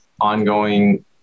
ongoing